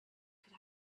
could